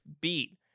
beat